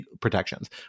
protections